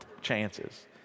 chances